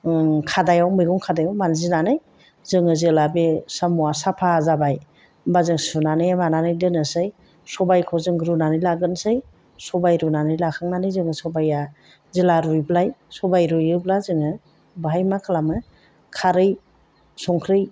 खादायाव मैगं खादायाव मान्जिनानै जोङो जेब्ला बे साम'आ साफा जाबाय होनबा जों सुनानै मानानै दोननोसै सबायखौ जों रुनानै लाग्रोनोसै सबाय रुनानै लाखांनानै जोङो सबाया जेब्ला रुयबाय सबाय रुयोब्ला जोङो बाहाय मा खालामो खारै संख्रि